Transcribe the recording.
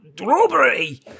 robbery